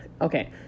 Okay